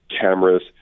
cameras